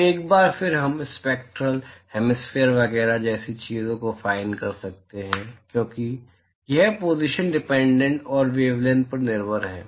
तो एक बार फिर हम स्पैक्टरल हैमिस्फेरिकल वगैरह जैसी चीजों को फाइन कर सकते हैं क्योंकि यह पॉज़िशनल डिपेंडेंट और वेवलैंथ पर निर्भर है